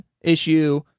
issue